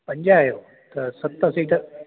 पंज आहियो त सत सीटर